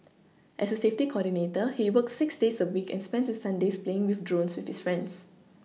as a safety coordinator he works six days a week and spends his Sundays playing with drones with his friends